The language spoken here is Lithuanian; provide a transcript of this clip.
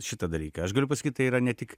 šitą dalyką aš galiu pasakyt tai yra ne tik